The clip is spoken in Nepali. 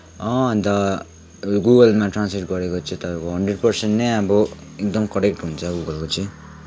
अँ अन्त गुगलमा ट्रान्सलेट गरेको चाहिँ तपाईँको अब हन्ड्रेड पर्सेन्ट नै अब एकदम करेक्ट हुन्छ गुगलको चाहिँ